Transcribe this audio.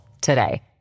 today